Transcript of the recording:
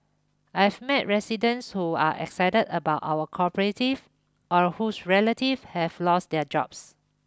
I've met residents who are excited about our cooperative or whose relatives have lost their jobs